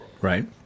Right